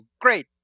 great